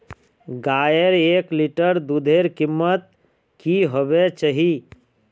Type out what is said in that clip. गायेर एक लीटर दूधेर कीमत की होबे चही?